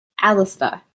Alistair